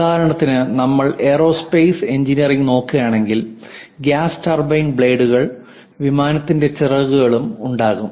ഉദാഹരണത്തിന് നമ്മൾ aerospace engineering നോക്കുകയാണെങ്കിൽ ഗ്യാസ് ടർബൈൻ ബ്ലേഡുകളും വിമാനത്തിന്റെ ചിറകുകളും ഉണ്ടാകും